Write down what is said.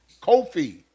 Kofi